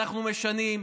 ואנחנו משנים,